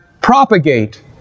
propagate